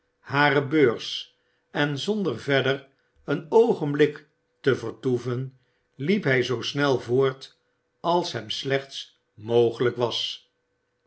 hare beurs en zonder verder een oogenb ik te vertoeven liep hij zoo snel voort als hem slechts mogelijk was